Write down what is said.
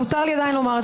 אני לא צריך עזרה.